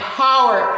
power